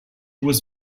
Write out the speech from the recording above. was